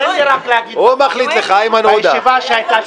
הוא מחליט לך, איימן עודה.